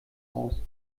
aus